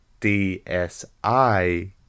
DSI